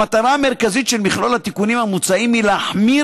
המטרה המרכזית של מכלול התיקונים המוצעים היא להחמיר